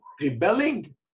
rebelling